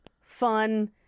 fun